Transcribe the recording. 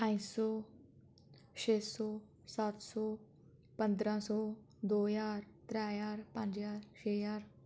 पंज सौ छे सौ सत्त सौ पंदरां सौ दो ज्हार त्रै ज्हार पंज ज्हार छे ज्हार